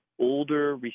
older